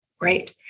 right